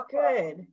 good